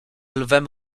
lwem